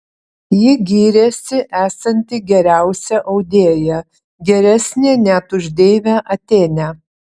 ji gyrėsi esanti geriausia audėja geresnė net už deivę atėnę